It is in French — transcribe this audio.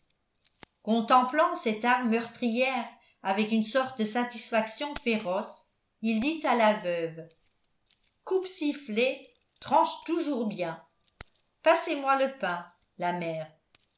contemplant cette arme meurtrière avec une sorte de satisfaction féroce il dit à la veuve coupe sifflet tranche toujours bien passez-moi le pain la mère